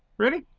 really?